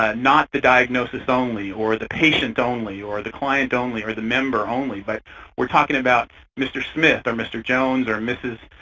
ah not the diagnosis only or the patient only or the client only or the member only, but we're talking about mr. smith or mr. jones or mrs.